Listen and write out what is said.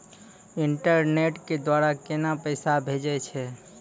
Internet के द्वारा केना पैसा भेजय छै?